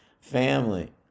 family